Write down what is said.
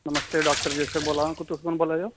नमस्ते doctor जशव बोला दा तुस कु'न बोला दे ओ